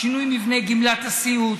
שינוי מבנה גמלת הסיעוד,